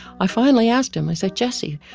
i finally asked him, i said, jessie,